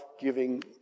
giving